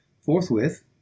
Forthwith